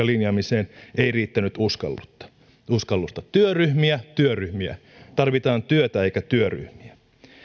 linjaamiseen ei riittänyt uskallusta työryhmiä työryhmiä tarvitaan työtä eikä työryhmiä